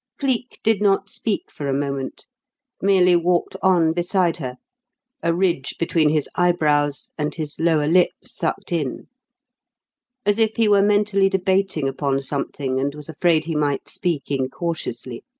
cleek did not speak for a moment merely walked on beside her a ridge between his eyebrows and his lower lip sucked in as if he were mentally debating upon something and was afraid he might speak incautiously.